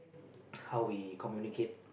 how we communicate